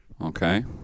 Okay